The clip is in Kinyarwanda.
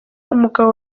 umugabo